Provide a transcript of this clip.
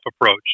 approach